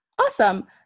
Awesome